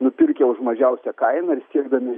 nupirkę už mažiausią kainą ir siekdami